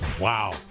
Wow